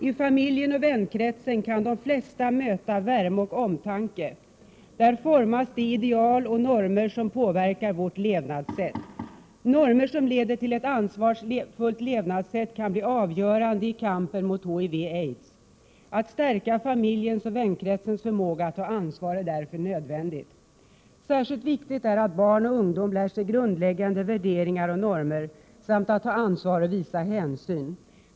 I familjen och vänkretsen kan de flesta möta värme och omtanke, där formas de ideal och normer som påverkar vårt levnadssätt. Normer som leder till ett ansvarsfullt levnadssätt kan bli avgörande i kampen mot HIV/AIDS. Att stärka familjens och vänkretsens förmåga att ta ansvar är därför nödvändigt. Särskilt viktigt är att barn och ungdom lär sig grundläggande värderingar och normer samt att ta ansvar och visa hänsyn.